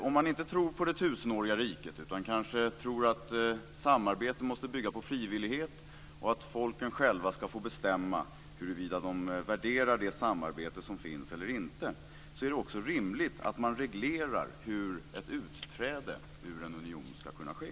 Om man inte tror på det tusenåriga riket utan kanske tror att samarbete måste bygga på frivillighet och på att folken själva ska få bestämma huruvida de värderar det samarbete som finns eller inte är det också rimligt att reglera hur ett utträde ur en union ska kunna ske.